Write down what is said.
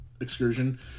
excursion